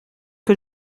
que